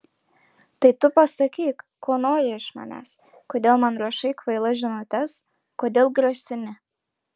tai tu pasakyk ko nori iš manęs kodėl man rašai kvailas žinutes kodėl grasini